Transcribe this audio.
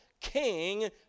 king